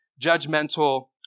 judgmental